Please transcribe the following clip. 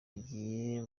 agiye